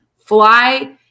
fly